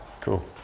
cool